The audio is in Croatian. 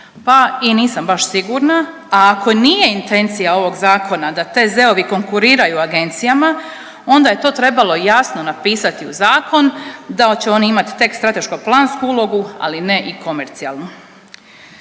Pa i nisam baš sigurna, a ako nije intencija ovog zakona da TZ-ovi konkuriraju agencijama onda je to trebalo jasno napisati u zakon da će oni imat tek strateško plansku ulogu, ali ne i komercijalnu.